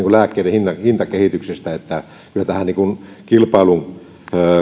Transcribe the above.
lääkkeiden hintakehityksestä kyllä kilpailun